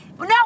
No